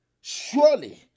surely